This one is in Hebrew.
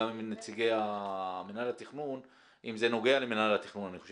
גם עם נציגי מנהל התכנון אם זה נוגע למנהל התכנון.